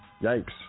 Yikes